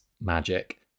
magic